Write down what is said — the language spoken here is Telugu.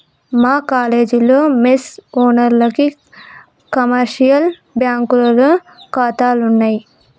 మా కాలేజీలో మెస్ ఓనర్లకి కమర్షియల్ బ్యాంకులో ఖాతాలున్నయ్